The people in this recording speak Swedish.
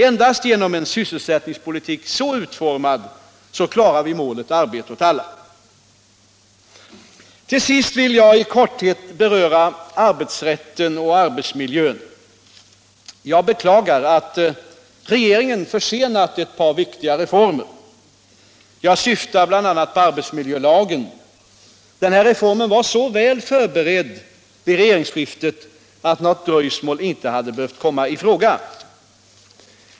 Endast genom en sysselsättningspolitik så utformad klarar vi målet Arbete åt alla. Till sist vill jag i korthet beröra arbetsrätten och arbetsmiljön. Jag beklagar att regeringen försenat ett par viktiga reformer. Jag syftar bl.a. på arbetsmiljölagen. Denna reform var så väl förberedd vid regeringsskiftet att något dröjsmål inte hade behövt komma i fråga.